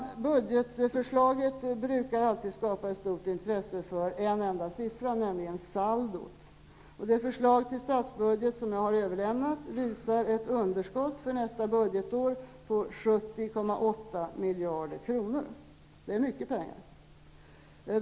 Budgetförslaget brukar alltid skapa ett stort intresse för en enda siffra, nämligen saldot. Det förslag till statsbudget som jag har överlämnat visar ett underskott för nästa budgetår på 70,8 miljarder kronor. Det är mycket pengar.